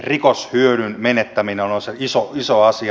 rikoshyödyn menettäminen on iso asia